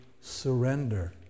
surrender